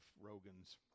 rogan's